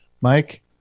Mike